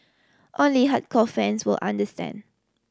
only hardcore fans will understand